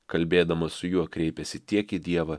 kalbėdamas su juo kreipėsi tiek į dievą